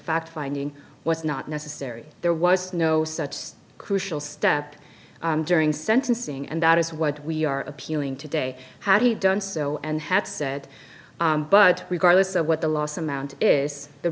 fact finding was not necessary there was no such crucial step during sentencing and that is what we are appealing today had he done so and had said but regardless of what the loss amount is the